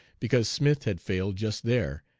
because smith had failed just there,